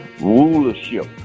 rulership